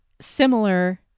similar